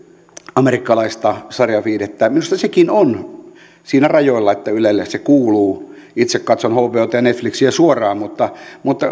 amerikkalaista sarjaviihdettä minusta sekin on siinä rajoilla että ylelle se kuuluu itse katson hbota ja netflixiä suoraan mutta mutta